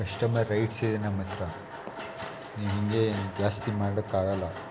customer rights ಇದೆ ನಮ್ಮ ಹತ್ತಿರ ನೀವು ಹೀಗೇ ಜಾಸ್ತಿ ಮಾಡೋಕ್ಕಾಗಲ್ಲ